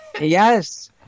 Yes